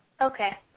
Okay